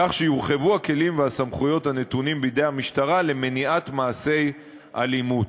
כך שיורחבו הכלים והסמכויות הנתונים בידי המשטרה למניעת מעשי אלימות.